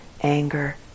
anger